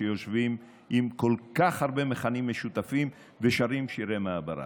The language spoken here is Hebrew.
שיושבים עם כל כך הרבה מכנים משותפים ושרים שירי מעברה.